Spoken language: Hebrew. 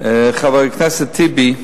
חבר הכנסת טיבי,